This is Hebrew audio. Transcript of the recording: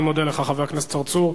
אני מודה לך, חבר הכנסת צרצור.